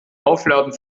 aufladen